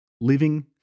living